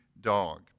dog